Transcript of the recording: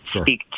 speak